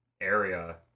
area